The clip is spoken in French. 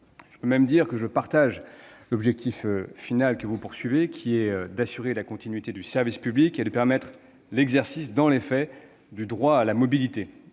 Je peux même dire que je partage l'objectif ultime des auteurs du texte, qui est d'assurer la continuité du service public et de permettre l'exercice dans les faits du « droit à la mobilité